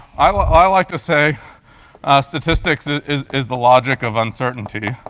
i like i like to say statistics is is the logic of uncertainty.